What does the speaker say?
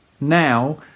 Now